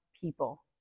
people